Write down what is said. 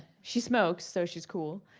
she smokes, so she's cool.